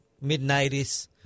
mid-90s